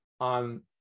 on